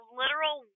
literal